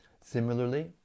Similarly